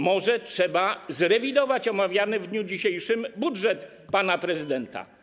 Może trzeba zrewidować omawiany w dniu dzisiejszym budżet pana prezydenta?